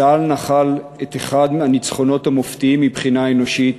צה"ל נחל את אחד הניצחונות המופתיים מבחינה אנושית,